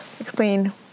explain